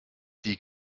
die